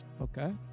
okay